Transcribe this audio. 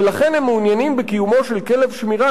ולכן הם מעוניינים בקיומו של כלב שמירה